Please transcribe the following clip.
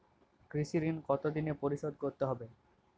কৃষি ঋণ কতোদিনে পরিশোধ করতে হবে?